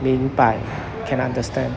明白 can understand